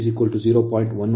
1 Ω ಮತ್ತು Xe 0